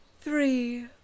three